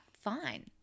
fine